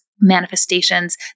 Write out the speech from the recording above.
manifestations